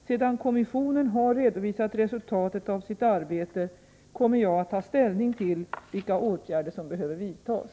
Sedan kommissionen har redovisat resultatet av sitt arbete kommer jag att ta ställning till vilka åtgärder som behöver vidtas.